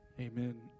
Amen